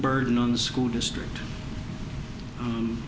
burden on the school district